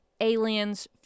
aliens